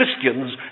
Christians